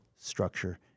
structure